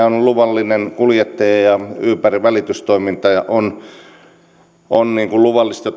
on luvallinen kuljettaja ja uber välitystoiminta on on luvallista